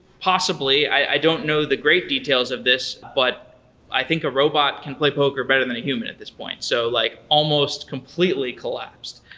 possibly, i don't know the great details of this. but i think a robot can play poker better than a human at this point. so like almost completely collapsed.